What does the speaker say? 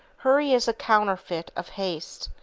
hurry is a counterfeit of haste.